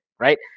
right